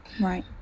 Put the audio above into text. right